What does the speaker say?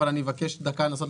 אבל אני מבקש דקה לנסות להסביר,